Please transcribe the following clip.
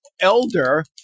elder